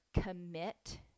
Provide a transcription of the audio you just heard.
commit